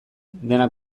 dena